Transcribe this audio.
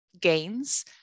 gains